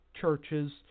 churches